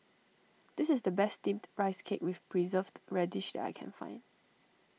this is the best Steamed Rice Cake with Preserved Radish that I can find